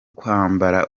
kwambara